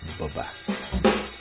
Bye-bye